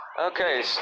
Okay